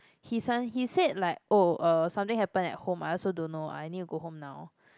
he sud~ he said like oh uh something happen at home I also don't know I need to go home now